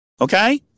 Okay